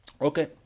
Okay